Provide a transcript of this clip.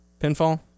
Pinfall